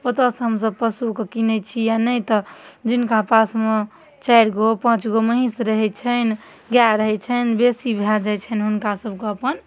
ओतऽ सँ हमसब पशुके किनै छी या नहि तऽ जिनका पासमे चारिगो पाँच गो महीष रहै छनि गाय रहै छनि बेसी भए जाइ छनि हुनका सबके अपन